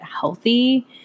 healthy